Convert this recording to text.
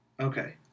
Okay